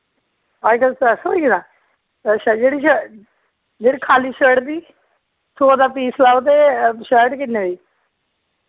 अजकल्ल त्रै सौ होई गेदा अच्छा जेह्ड़ी श जेह्ड़ी खाल्ली शर्ट दी सौ दा पीस लाओ ते शर्ट किन्ने दी